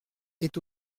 est